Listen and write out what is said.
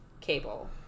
cable